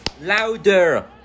Louder